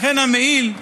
לכן המעיל,